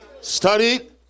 studied